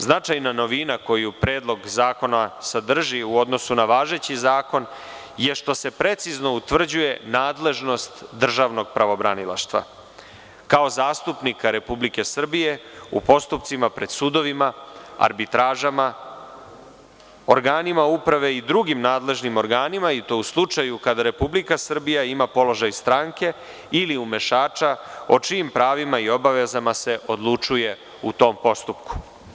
Značajna novina koju predlog zakona sadrži u odnosu na važeći zakon je što se precizno utvrđuje nadležnost državnog pravobranilaštva kao zaštitnika Republike Srbije u postupcima pred sudovima, arbitražama, organima uprave i drugim nadležnim organima i to u slučaju kada Republika Srbija ima položaj stranke ili umešača o čijim pravima i obavezama se odlučuje u tom postupku.